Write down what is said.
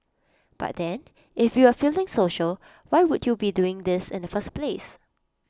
but then if you were feeling social why would you be doing this in the first place